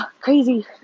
crazy